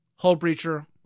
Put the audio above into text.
Hullbreacher